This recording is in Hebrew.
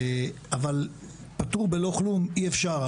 אבל פטור בלא כלום אי אפשר.